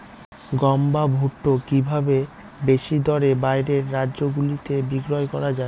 গম বা ভুট্ট কি ভাবে বেশি দরে বাইরের রাজ্যগুলিতে বিক্রয় করা য়ায়?